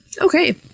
Okay